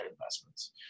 investments